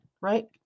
right